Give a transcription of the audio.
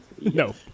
No